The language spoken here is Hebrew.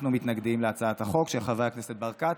אנחנו מתנגדים להצעת החוק של חבר הכנסת ברקת.